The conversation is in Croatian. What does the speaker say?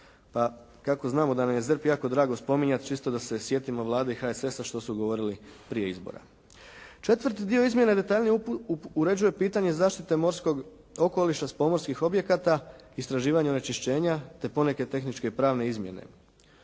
A kako znamo da nam je ZERP jako drago spominjati čisto da se sjetimo Vlade HSS-a što su govorili prije izbora. Četvrti dio izmjena detaljnije uređuje pitanje zaštite morskog okoliša s pomorskih objekata, istraživanje onečišćenja te poneke tehničke i pravne izmjene.